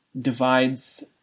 divides